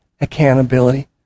accountability